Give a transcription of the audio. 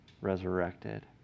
resurrected